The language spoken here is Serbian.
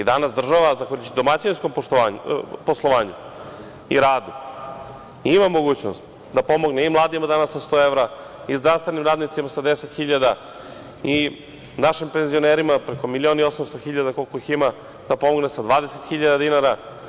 Danas država, zahvaljujući domaćinskom poslovanju i radu, ima mogućnost da pomogne i mladima danas sa 100 evra, i zdravstvenim radnicima sa 10.000 dinara, i našim penzionerima preko 1.800.000 koliko ih ima da pomogne sa 20.000 dinara.